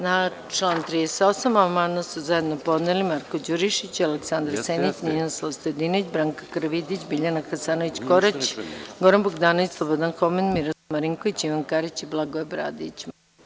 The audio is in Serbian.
Na član 38. amandman su zajedno podneli Marko Đurišić, Aleksandar Senić, Ninoslav Stojadinović, Branka Karavidić, Biljana Hasanović Korać, Goran Bogdanović, Slobodan Homen, Miroslav Marinković, Ivan Karić i Blagoje Bradić.